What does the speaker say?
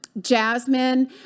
Jasmine